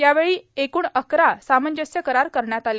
यावेळी एकूण अकरा सामंजस्य करार करण्यात आले